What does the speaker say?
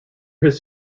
his